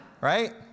Right